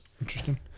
Interesting